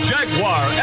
Jaguar